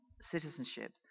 citizenship